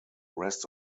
rest